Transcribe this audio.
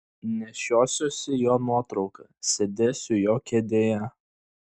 nešiosiuosi jo nuotrauką sėdėsiu jo kėdėje